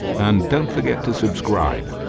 and don't forget to subscribe.